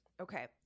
okay